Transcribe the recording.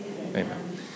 Amen